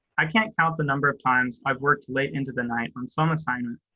i can't count the number of times i've worked late into the night on some assignment,